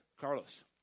Carlos